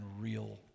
real